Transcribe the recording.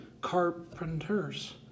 carpenters